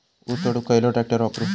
ऊस तोडुक खयलो ट्रॅक्टर वापरू?